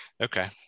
okay